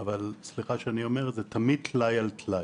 אבל, סליחה שאני אומר - זה תמיד טלאי על טלאי.